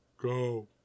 Go